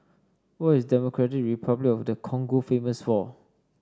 what is Democratic Republic of the Congo famous for